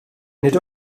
nid